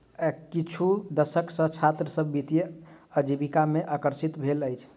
किछु दशक सॅ छात्र सभ वित्तीय आजीविका में आकर्षित भेल अछि